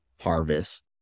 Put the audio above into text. harvest